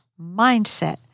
mindset